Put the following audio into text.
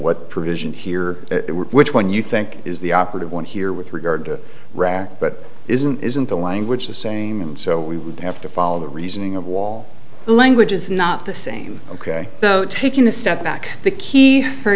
what provision here which one you think is the operative one here with regard to rare but isn't isn't the language the same so we would have to follow the reasoning the wall the language is not the same ok so taking a step back the key for